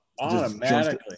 automatically